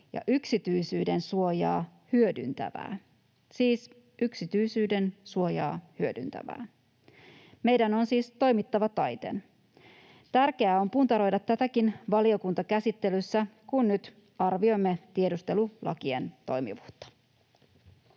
yksityisyyden suojaa hyödyntävää. Meidän on siis toimittava taiten. Tärkeää on puntaroida tätäkin valiokuntakäsittelyssä, kun nyt arvioimme tiedustelulakien toimivuutta.